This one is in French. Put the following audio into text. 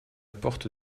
porte